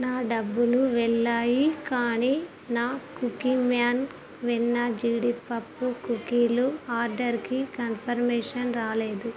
నా డబ్బులు వెళ్ళాయి కానీ నా కుకీమ్యాన్ వెన్న జీడిపప్పు కుకీలు ఆర్డర్కి కన్ఫర్మేషన్ రాలేదు